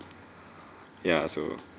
ya so